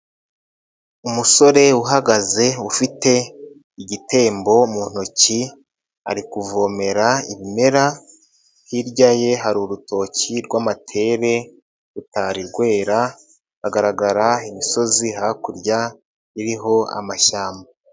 Umusore uhagaze ufite igitembo mu ntoki ari kuvomera ibimera, hirya ye hari urutoki rw'amatere rutari rwera, haragaragara imisozi hakurya iriho amashyamba.